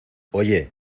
oye